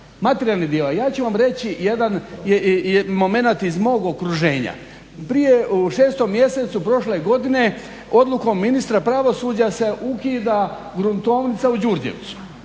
materijalni dio. Ja ću vam reći jedan momenat iz mog okruženja. Prije u 6. mjesecu prošle godine odlukom ministra pravosuđa se ukida gruntovnica u Đurđevcu